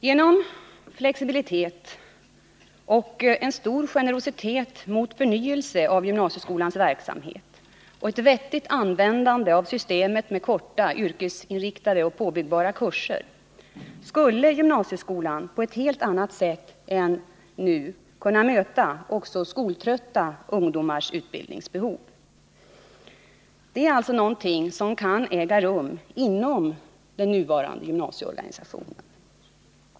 Genom flexibilitet och en stor generositet mot förnyelse av gymnasieskolans verksamhet och ett vettigt användande av systemet med korta yrkesinriktade och påbyggbara kurser skulle gymnasieskolan på ett helt annat sätt än nu kunna möta också skoltrötta ungdomars utbildningsbehov. Detta är alltså något som kan äga rum inom den nuvarande gymnasieorganisationen.